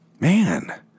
Man